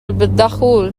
بالدخول